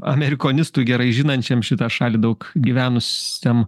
amerikonistui gerai žinančiam šitą šalį daug gyvenusiam